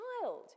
child